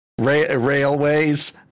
railways